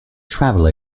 travel